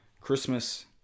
Christmas